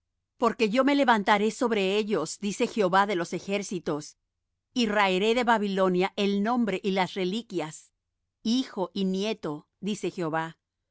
porque yo me levantaré sobre ellos dice jehová de los ejércitos y raeré de babilonia el nombre y las reliquias hijo y nieto dice jehová